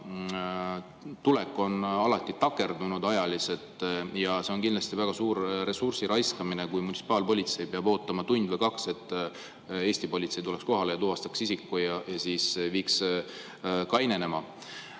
tulek alati ajaliselt takerdunud. See on kindlasti väga suur ressursi raiskamine, kui munitsipaalpolitsei peab ootama tund või kaks, et Eesti politsei tuleks kohale, tuvastaks isiku ja viiks ta kainenema. Ma